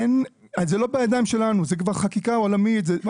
אין, זה לא בידיים שלנו, זה חקיקה עולמית כבר.